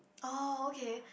oh okay